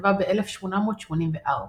שנכתבה ב-1884.